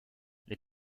les